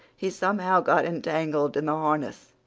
he somehow got entangled in the harness,